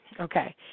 Okay